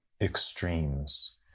extremes